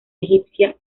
egipcia